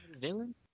villain